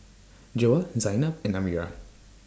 Joyah Zaynab and Amirah